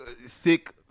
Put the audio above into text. sick